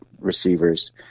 receivers